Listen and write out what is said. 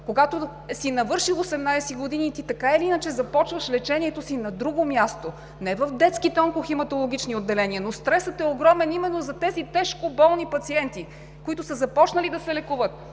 Когато си навършил 18 години, така или иначе започваш лечението си на друго място, не в детските онкохематологични отделения. Стресът е огромен именно за тези тежко болни пациенти, които са започнали да се лекуват